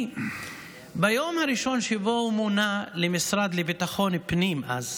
כי ביום הראשון שבו הוא מונה למשרד לביטחון פנים אז,